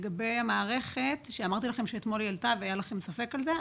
לגבי המערכת שאמרתי לכם שאתמול היא עלתה והיה לכם ספק לגבי זה.